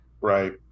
Right